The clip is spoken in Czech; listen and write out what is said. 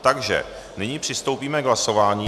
Takže nyní přistoupíme k hlasování.